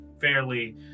fairly